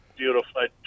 beautiful